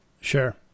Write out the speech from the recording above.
Sure